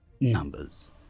numbers